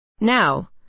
Now